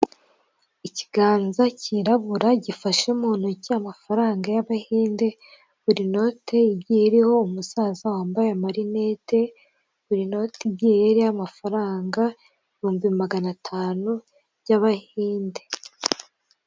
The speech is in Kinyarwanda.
Iki ngiki ni icyapa gifite ishusho ya mpande eshatu, umuzenguruko utukura, ubuso bw'umweru, ikirango cy'umukara. Ikingiki nuzakibona uri mu muhanda uzamenyeko uwo muhanda urimo uragendamo iburyo n'ibumoso hashamikiyeho utundi duhanda dutoya.